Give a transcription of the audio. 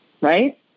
right